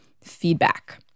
feedback